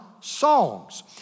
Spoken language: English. songs